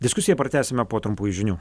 diskusiją pratęsime po trumpųjų žinių